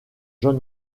john